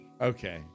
Okay